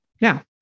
Now